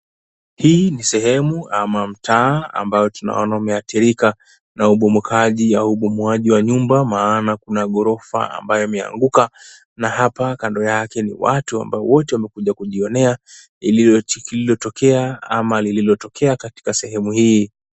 Hii ni sehemu ama mtaa ambayo tunaona umeathirika na ubomokaji au ubomoaji wa nyumba maana kuna ghorofa ambayo imeanguka na hapa kando yake ni watu ambao wote wamekuja kujionea lililotokea ama lililotokea sehemu hii.